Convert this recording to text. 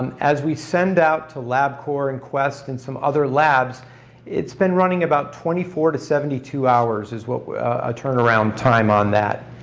um as we send out to labcorp and quest and some other labs it's been running about twenty four to seventy two hours is what ah turnaround time on that.